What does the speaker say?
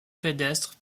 pédestre